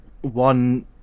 one